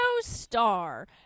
Star